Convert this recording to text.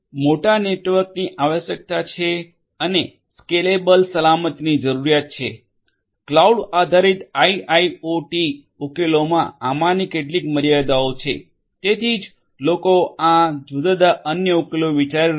મોટા નેટવર્કની આવશ્યકતા છે અને સ્કેલેબલ સલામતીની જરૂરિયાત છે ક્લાઉડ આધારિત આઇઓઓટી ઉકેલોમાં આમાંની કેટલીક મર્યાદાઓ છે તેથી જ લોકો આ જુદા જુદા અન્ય ઉકેલો વિચારી રહ્યા છે